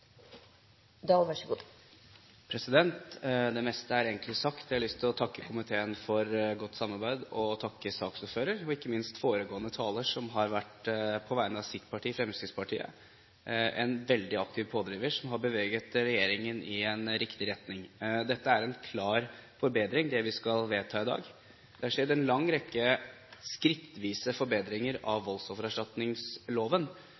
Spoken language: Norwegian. takke foregående taler som på vegne av sitt parti, Fremskrittspartiet, har vært en veldig aktiv pådriver som har beveget regjeringen i riktig retning. Dette er en klar forbedring, det vi skal vedta i dag. Det har skjedd en lang rekke skrittvise forbedringer av